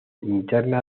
interna